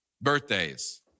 birthdays